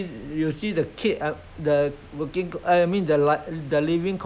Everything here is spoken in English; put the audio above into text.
I mean they got they living in the good life you now you see those rural area people